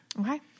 Okay